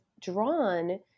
drawn